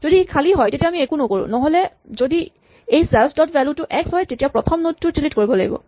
যদি ই খালী হয় তেতিয়া আমি একো নকৰো নহ'লে যদি এই চেল্ফ ডট ভ্যেলু টো এক্স হয় তেতিয়া প্ৰথম নড টো ডিলিট কৰিব লাগিব